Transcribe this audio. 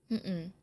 mmhmm